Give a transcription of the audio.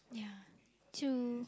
yeah true